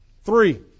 three